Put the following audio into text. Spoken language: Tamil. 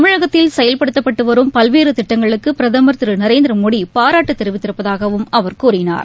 தமிழகத்தில் செயல்படுத்தப்பட்டு வரும் பல்வேறு திட்டங்களுக்கு பிரதமர் திரு நரேந்திரமோடி பாராட்டு தெரிவித்திருப்பதாகவும் அவர் கூறினார்